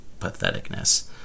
patheticness